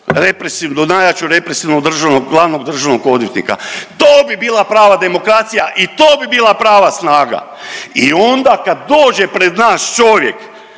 represivnu, najjaču represivnu državnog, glavnog državnog odvjetnika. To bi bila prava demokracija i to bi bila prava snaga i onda kad dođe pred nas čovjek,